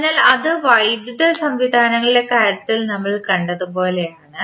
അതിനാൽ അത് വൈദ്യുത സംവിധാനങ്ങളുടെ കാര്യത്തിൽ നമ്മൾ കണ്ടതുപോലെയാണ്